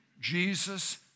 Jesus